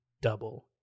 double